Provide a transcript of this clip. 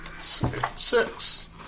Six